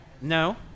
no